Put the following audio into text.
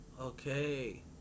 okay